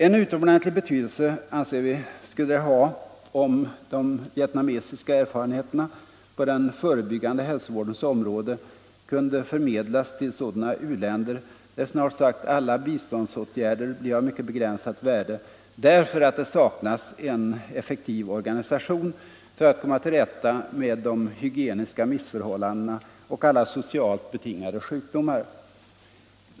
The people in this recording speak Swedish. En utomordentlig betydelse anser vi att det skulle ha om de vietnamesiska erfarenheterna på den förebyggande hälsovårdens område kunde förmedlas till sådana u-länder där snart sagt alla biståndsåtgärder blir av mycket begränsat värde därför att det saknas en effektiv organisation för att komma till rätta med de hygieniska missförhållandena och alla socialt betingade sjukdomar.